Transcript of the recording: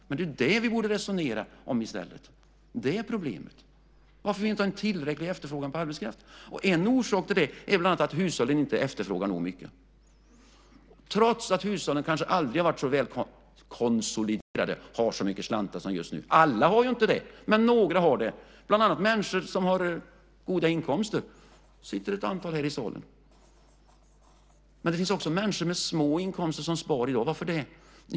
Men det problemet borde vi i stället resonera om. Varför har vi inte en tillräcklig efterfrågan på arbetskraft? En orsak till det är bland annat att hushållen inte efterfrågar nog mycket trots att de kanske aldrig har varit så välkonsoliderade och har så mycket slantar som just nu. Alla har ju inte det, men några har det, bland annat människor som har goda inkomster - det sitter ett antal här i salen. Men det finns också människor med små inkomster som sparar i dag. Varför det?